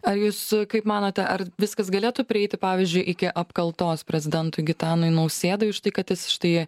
ar jūs kaip manote ar viskas galėtų prieiti pavyzdžiui iki apkaltos prezidentui gitanui nausėdai už tai kad jis štai